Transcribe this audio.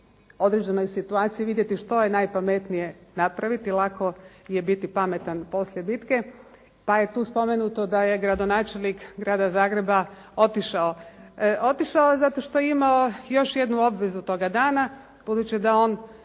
određenoj situaciji vidjeti što je najpametnije napraviti. Lako je biti pametan poslije bitke, pa je tu spomenuto da je gradonačelnik grada Zagreba otišao. Otišao je zato što je imao još jednu obvezu toga dana, budući da on